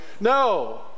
No